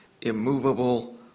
immovable